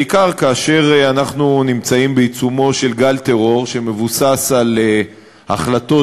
בעיקר כאשר אנחנו נמצאים בעיצומו של גל טרור שמבוסס על החלטות